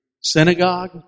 synagogue